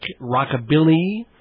rockabilly